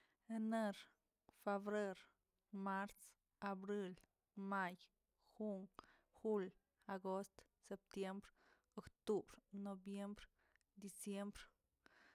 Enex, febrer, mars, abril, may, jun, jul, agost, septiembr, octubr, noviembr, diciembr.